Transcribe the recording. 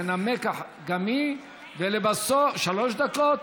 תנמק גם היא בשלוש דקות,